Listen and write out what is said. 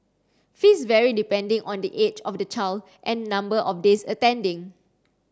fees vary depending on the age of the child and number of days attending